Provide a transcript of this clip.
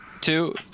two